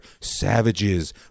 savages